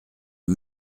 est